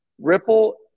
Ripple